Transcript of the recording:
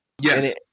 Yes